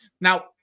Now